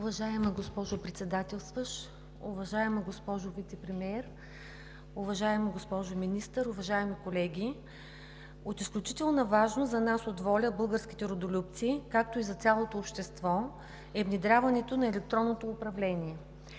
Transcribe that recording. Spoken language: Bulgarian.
Уважаема госпожо Председател, уважаема госпожо Вицепремиер, уважаема госпожо Министър, уважаеми колеги! От изключителна важност за нас от „ВОЛЯ – Българските Родолюбци“, както и за цялото общество е внедряването на електронното управление.